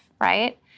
right